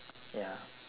ya